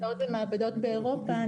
שמבוצעות במעבדות באירופה,